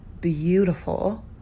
beautiful